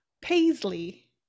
Paisley